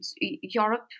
Europe